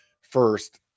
first